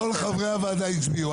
כל חברי הוועדה הצביעו.